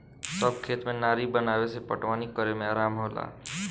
सब खेत में नारी बनावे से पटवनी करे में आराम होला